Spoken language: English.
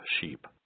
sheep